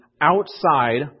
outside